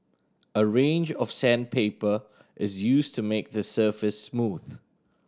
a range of sandpaper is used to make the surface smooth